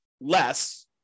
Less